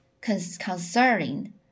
concerning